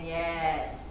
yes